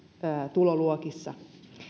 tuloluokissa